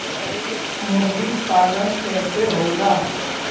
मुर्गी पालन कैसे होला?